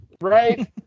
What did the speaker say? Right